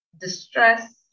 distress